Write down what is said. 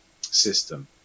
system